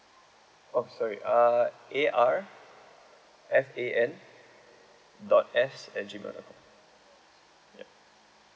oh sorry uh A R F A N dot S at G mail dot com yup